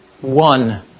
one